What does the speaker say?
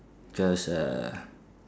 just uh